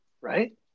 right